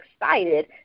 excited